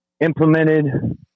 implemented